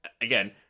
again